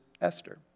Esther